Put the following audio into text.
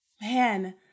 Man